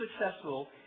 successful